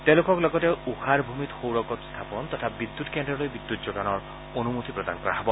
তেওঁলোকক লগতে উষাৰ ভূমিত সৌৰ গোট স্থাপন তথা বিদ্যুৎকেন্দ্ৰলৈ বিদ্যুৎ যোগানৰ অনুমতি প্ৰদান কৰা হব